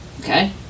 Okay